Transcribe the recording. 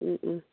ꯎꯝ ꯎꯝ